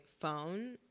phone